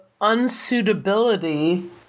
unsuitability